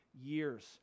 years